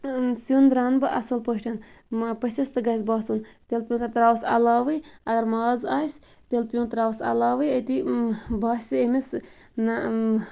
سیُن رَنہٕ بہٕ اصٕل پٲٹھۍ پٔژھِس تہِ گَژھِ باسُن تِلہٕ پیوٗنتہَ تراوَس علاوے اَگَر ماز آسہِ تِلہٕ پیوٗنتہَ تراوَس علاوے أتی باسہِ أمس نہ